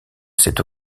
cette